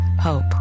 hope